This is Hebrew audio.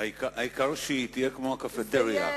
העיקר שהיא תהיה כמו הקפטריה.